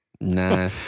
Nah